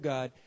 God